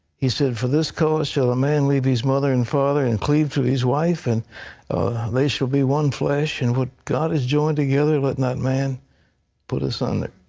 he said for this cause shall a man leave his mother and father and cleve to his wife, and they shall be one flesh. and what god has joined together, let not man put asunder.